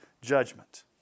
judgment